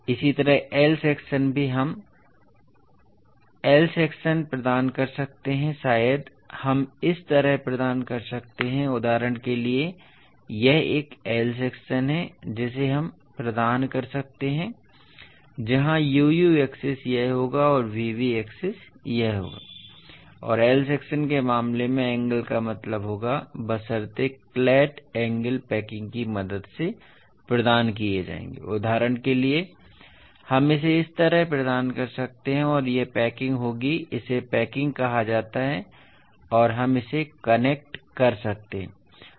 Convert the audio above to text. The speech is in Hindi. इसी तरह I सेक्शन भी हम I सेक्शन प्रदान कर सकते हैं शायद हम इस तरह प्रदान कर सकते हैं उदाहरण के लिए यह एक I सेक्शन है जिसे हम प्रदान कर सकते हैं जहां u u एक्सिस यह होगा और v v एक्सिस यह होगा और I सेक्शन के मामले में एंगल का मतलब होगा बशर्ते क्लैट एंगल पैकिंग की मदद से प्रदान किए जाएंगे उदाहरण के लिए हम इसे इस तरह प्रदान कर सकते हैं और यह पैकिंग होगी इसे पैकिंग कहा जाता है और हम इसे कनेक्ट कर सकते हैं